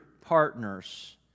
partners